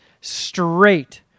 straight